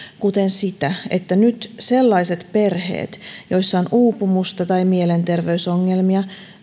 kuten sitä että nyt sellaiset perheet joissa on uupumusta tai mielenterveysongelmia